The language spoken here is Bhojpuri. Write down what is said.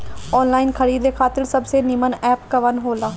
आनलाइन खरीदे खातिर सबसे नीमन एप कवन हो ला?